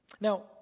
now